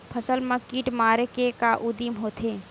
फसल मा कीट मारे के का उदिम होथे?